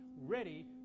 ready